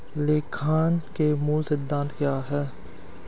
लेखांकन के मूल सिद्धांत क्या हैं?